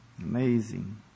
Amazing